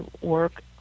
work